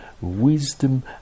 wisdom